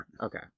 Okay